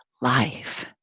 life